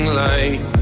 light